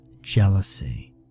jealousy